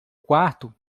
quarto